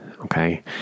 Okay